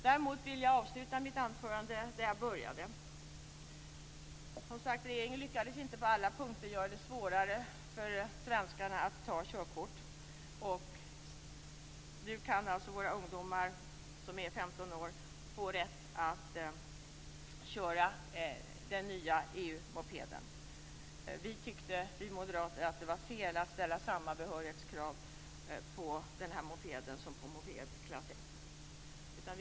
Däremot vill jag avsluta mitt anförande där jag började. Regeringen lyckades som sagt inte på alla punkter göra det svårare för svenskarna att ta körkort. Nu kan våra 15-åriga ungdomar få rätt att köra den nya EU-mopeden. Vi moderater tyckte att det var fel att ställa samma behörighetskrav när det gäller denna moped som när det gäller moped klass 1.